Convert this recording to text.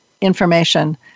information